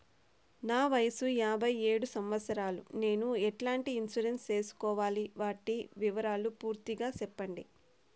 నా వయస్సు యాభై ఏడు సంవత్సరాలు నేను ఎట్లాంటి ఇన్సూరెన్సు సేసుకోవాలి? వాటి వివరాలు పూర్తి గా సెప్పండి?